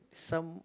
some